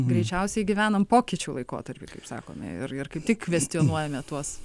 greičiausiai gyvenam pokyčių laikotarpiu kaip sakome ir ir kaip tik kvestionuojame tuos